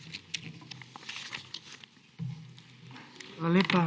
Hvala lepa.